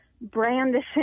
brandishing